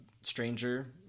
stranger